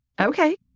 okay